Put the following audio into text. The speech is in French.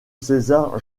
césar